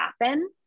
happen